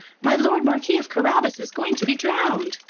my lord marquis of carabas is going to be drowned.